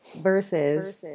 Versus